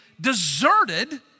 deserted